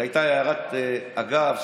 זאת הייתה הערת אגב,